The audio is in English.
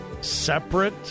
Separate